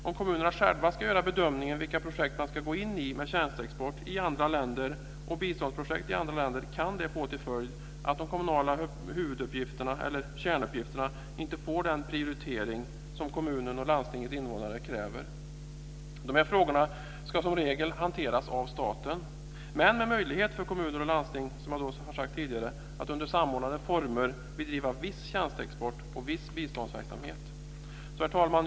Om kommunerna själva ska göra bedömningen vilka projekt man ska gå in i med tjänsteexport i andra länder och biståndsprojekt i andra länder kan det få till följd att de kommunala huvuduppgifterna eller kärnuppgifterna inte får den prioritering som kommunens och landstingets invånare kräver. Dessa frågor ska som regel hanteras av staten men med möjlighet för kommuner och landsting, som man har sagt tidigare, att under samordnade former bedriva viss tjänsteexport och viss biståndsverksamhet. Herr talman!